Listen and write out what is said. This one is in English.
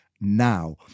now